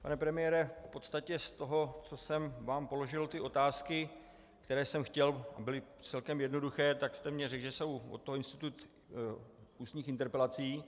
Pane premiére, v podstatě z toho, co jsem vám položil, ty otázky, které jsem chtěl, byly celkem jednoduché, tak jste mi řekl, že je od toho institut ústních interpelací.